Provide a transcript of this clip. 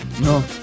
No